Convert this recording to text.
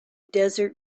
desert